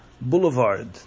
boulevard